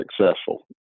successful